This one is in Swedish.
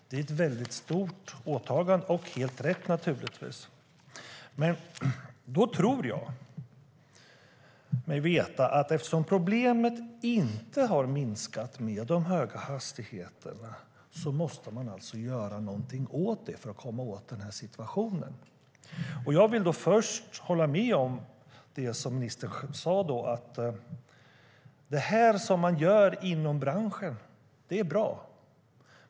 Det är ett stort åtagande, och det är naturligtvis helt rätt. Då tror jag att man, eftersom problemet med de höga hastigheterna inte har minskat, måste göra något åt det för att komma åt situationen. Jag vill hålla med om det ministern sade om att det man gör inom branschen är bra.